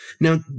Now